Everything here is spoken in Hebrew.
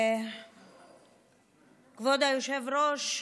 כבוד היושב-ראש,